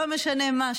לא משנה מה,